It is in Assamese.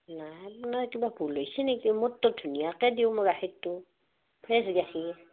আপ্নাৰ কিবা ভুল হৈছে নেকি মইটো ধুনীয়াকৈ দিওঁ মোৰ গাখীৰটো ফ্ৰেছ গাখীৰ